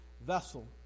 vessel